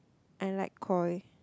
I like Koi